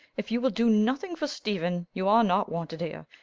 if you will do nothing for stephen, you are not wanted here.